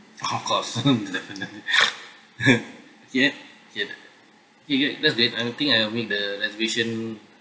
of course definitely ya okay okay okay that's it I think I will the reservation